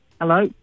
Hello